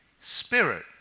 Spirit